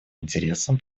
интересом